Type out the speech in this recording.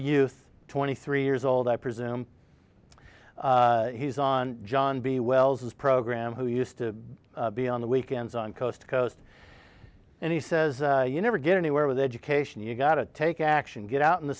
youth twenty three years old i presume he's on john b wells was program who used to be on the weekends on coast to coast and he says you never get anywhere with education you gotta take action get out in the